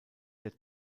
der